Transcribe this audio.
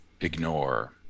ignore